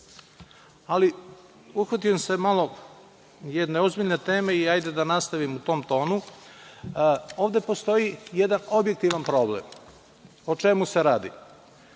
ali uhvatio sam se jedne ozbiljne teme i nastaviću u tom tonu. Ovde postoji jedan objektivan problem. O čemu se radi?